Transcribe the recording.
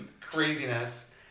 craziness